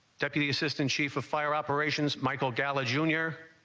deputy assistant chief of fire operations michael gala junior,